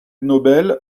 nobel